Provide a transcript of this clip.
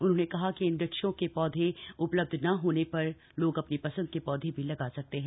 उन्होंने कहा कि इन वृक्षों के पौधे उपलब्ध न होने पर लोग अपनी पसंद के पौधे भी लगा सकते हैं